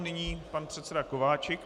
Nyní pan předseda Kováčik.